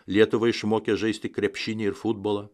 lietuvą išmokė žaisti krepšinį ir futbolą